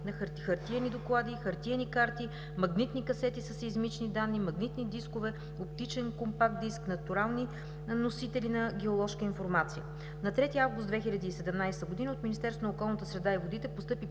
на хартиени доклади, хартиени карти, магнитни касети със сеизмични данни, магнитни дискове, оптичен компактдиск, натурални носители на геоложка информация. На 3 август 2017 г. от Министерството